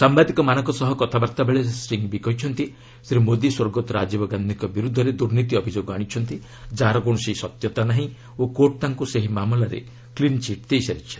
ସାମ୍ବାଦିକମାନଙ୍କ ସହ କଥାବାର୍ତ୍ତାବେଳେ ଶ୍ରୀ ସିଙ୍ଗ୍ବି କହିଛନ୍ତି ଶ୍ରୀ ମୋଦି ସ୍ୱର୍ଗତ ରାଜୀବ ଗାନ୍ଧିଙ୍କ ବିରୁଦ୍ଧରେ ଦୁର୍ନୀତି ଅଭିଯୋଗ ଆଣିଛନ୍ତି ଯାହାର କୌଣସି ସତ୍ୟତା ନାହିଁ ଓ କୋର୍ଟ ତାଙ୍କୁ ସେହି ମାମଲାରେ କ୍ଲିନ୍ ଚିଟ୍ ଦେଇସାରିଛି